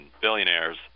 billionaires